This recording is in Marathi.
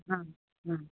हां हां